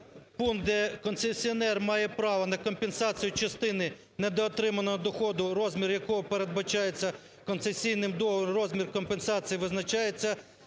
пункт, де концесіонер має право на компенсацію частини недоотриманого доходу, розмір якого передбачається… розмір компенсації визначається